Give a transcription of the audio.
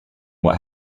what